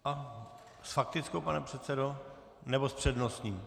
Aha, s faktickou, pane předsedo, nebo s přednostním?